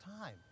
time